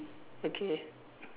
okay